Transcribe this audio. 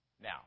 Now